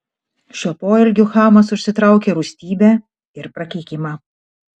šiuo poelgiu chamas užsitraukė rūstybę ir prakeikimą